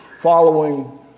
following